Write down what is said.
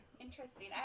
interesting